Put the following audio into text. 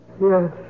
Yes